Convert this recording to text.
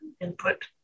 input